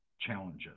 challenges